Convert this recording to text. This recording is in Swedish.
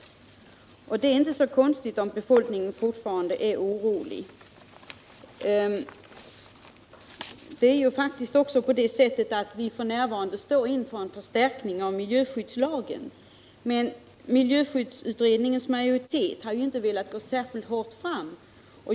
Det är därför inte så konstigt om befolkningen fortfarande är orolig. Vi står nu i begrepp att förstärka miljöskyddslagen. Men miljöskyddsutredningens majoritet har inte velat gå särskilt hårt fram.